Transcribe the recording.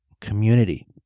community